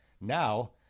Now